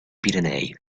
pirenei